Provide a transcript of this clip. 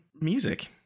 music